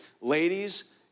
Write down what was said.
ladies